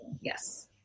Yes